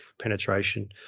penetration